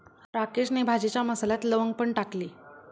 राकेशने भाजीच्या मसाल्यात लवंग पण टाकली